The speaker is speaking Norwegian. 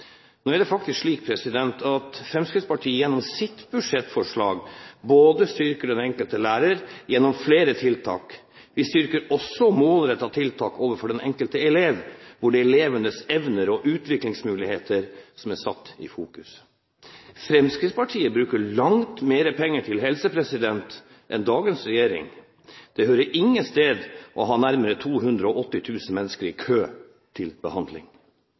Nå er det faktisk slik at Fremskrittspartiet gjennom sitt budsjettforslag styrker både den enkelte lærer gjennom flere tiltak og målrettede tiltak overfor den enkelte elev, hvor det er elevens evner og utviklingsmuligheter som er satt i fokus. Fremskrittspartiet bruker langt mer penger til helse enn dagens regjering. Det hører ingen steder hjemme å ha nærmere 280 000 mennesker i kø for behandling.